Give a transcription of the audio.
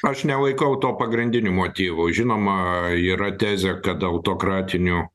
aš nelaikau to pagrindiniu motyvu žinoma yra tezė kad autokratinių